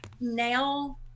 now